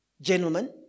Gentlemen